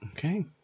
Okay